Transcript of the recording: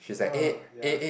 err ya